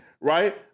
Right